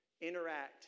interact